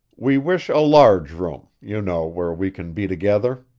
we wish a large room, you know, where we can be together,